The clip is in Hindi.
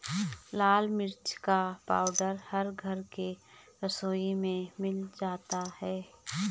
लाल मिर्च का पाउडर हर घर के रसोई में मिल जाता है